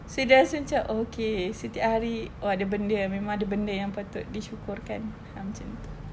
so ida rasa macam okay setiap hari oh ada benda yang memang ada benda yang patut disyukurkan ah macam itu